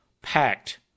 packed